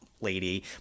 lady